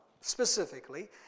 specifically